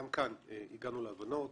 גם כאן, הגענו להבנות.